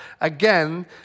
Again